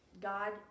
God